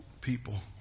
people